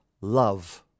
love